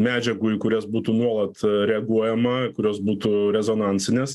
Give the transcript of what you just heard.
medžiagų į kurias būtų nuolat reaguojama kurios būtų rezonansinės